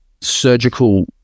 surgical